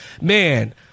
Man